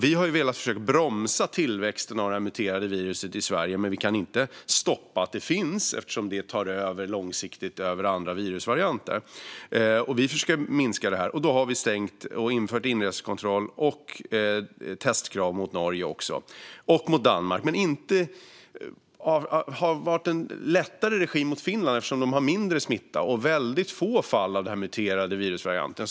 Vi har velat försöka bromsa tillväxten av det muterade viruset i Sverige, men vi kan inte stoppa det och förhindra att det finns eftersom det tar över långsiktigt över andra virusvarianter. Vi försöker minska detta, och därför har vi stängt gränsen och infört inresekontroll och testkrav gentemot Norge och Danmark. Men det har varit en lättare regim mot Finland eftersom de har mindre smitta och väldigt få fall av den muterade virusvarianten.